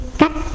cách